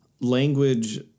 language